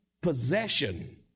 possession